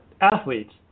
athletes